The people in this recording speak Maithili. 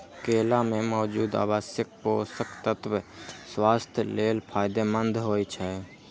केला मे मौजूद आवश्यक पोषक तत्व स्वास्थ्य लेल फायदेमंद होइ छै